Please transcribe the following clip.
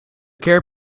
care